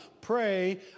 pray